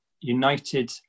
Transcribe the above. united